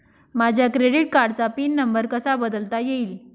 माझ्या क्रेडिट कार्डचा pin number कसा बदलता येईल?